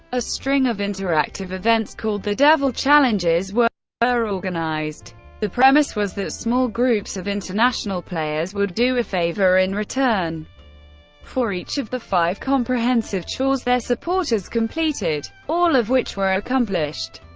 a string of interactive events called the devil challenges were but were organised. the premise was that small groups of international players would do a favour in return for each of the five comprehensive chores their supporters completed, all of which were accomplished.